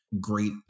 great